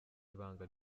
ibanga